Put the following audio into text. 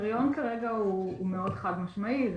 הקריטריון כרגע מאוד חד משמעי.